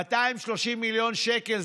230 מיליון שקלים,